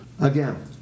again